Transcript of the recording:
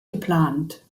geplant